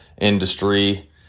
industry